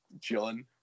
chilling